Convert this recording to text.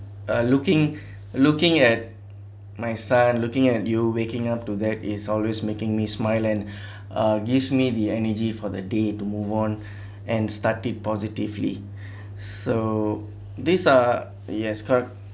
uh looking looking at my son looking at you waking up to that is always making me smile and uh gives me the energy for the day to move on and started positively so these are yes correct